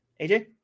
AJ